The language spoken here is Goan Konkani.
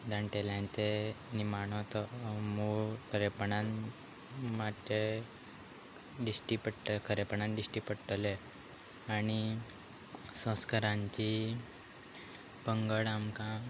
जाण्टेल्यांचे निमाणो तो मोग खरेपणान मात्शें दिश्टी पडट खरेपणान दिश्टी पडटले आनी संस्कारांची पंगड आमकां